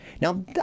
Now